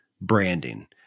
branding